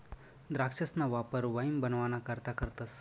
द्राक्षसना वापर वाईन बनवाना करता करतस